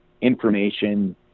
information